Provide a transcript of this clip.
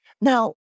Now